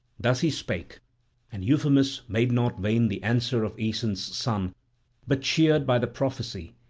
thus he spake and euphemus made not vain the answer of aeson's son but, cheered by the prophecy,